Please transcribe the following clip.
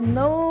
no